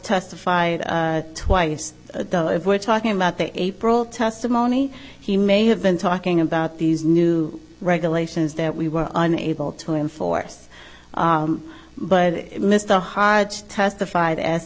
testified twice though if we're talking about the april testimony he may have been talking about these new regulations that we were unable to enforce but mr hyde testified as